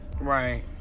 Right